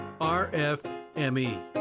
RFME